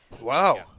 Wow